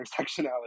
intersectionality